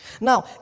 Now